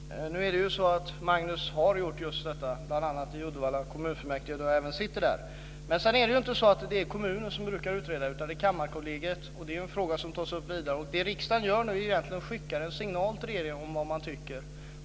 Fru talman! Nu är det så att Magnus har gjort just det - bl.a. i Uddevalla kommunfullmäktige eftersom jag även sitter med där. Sedan är det inte så att det är kommunen som brukar utreda, utan det gör Kammarkollegiet. Detta är en fråga som tas upp vidare. Vad riksdagen nu gör är egentligen att man skickar en signal till regeringen om vad man tycker.